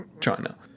china